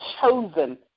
chosen